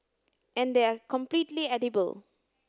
and they are completely edible